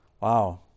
Wow